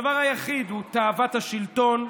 הדבר היחיד הוא תאוות השלטון: